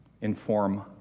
inform